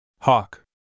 Hawk